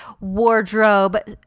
wardrobe